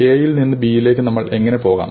A യിൽ നിന്ന് B യിലേക്ക് നമ്മൾ എങ്ങനെ പോകാം